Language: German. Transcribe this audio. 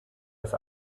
das